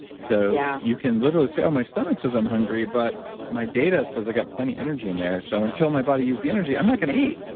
so yeah you can literally say, oh, my stomach says i'm hungry, but my data says i've got plenty energy in there. so until my body used the energy, i'm not going to eat.